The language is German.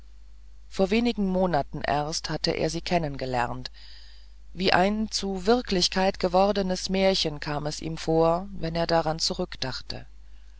vor wenigen monaten erst hatte er sie kennengelernt wie ein zu wirklichkeit gewordenes märchen kam es ihm vor wenn er daran